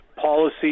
policy